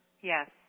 Yes